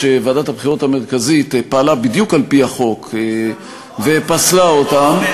אף שוועדת הבחירות המרכזית פעלה בדיוק על-פי החוק ופסלה אותם,